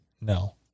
No